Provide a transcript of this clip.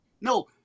No